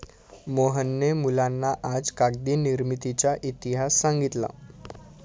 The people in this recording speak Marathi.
मोहनने मुलांना आज कागद निर्मितीचा इतिहास सांगितला